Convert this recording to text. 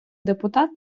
депутат